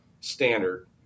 standard